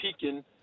peaking